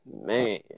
Man